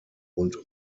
und